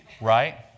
right